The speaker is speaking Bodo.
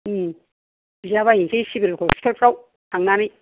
बिला बायहैनोसै सिभिल हस्पिटाल फोराव थांनानै